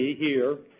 here,